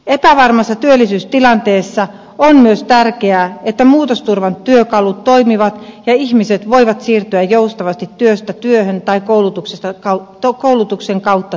epävarmassa työllisyystilanteessa on myös tärkeää että muutosturvan työkalut toimivat ja ihmiset voivat siirtyä joustavasti työstä työhön tai koulutuksen kautta työelämään